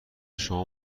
شما